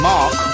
Mark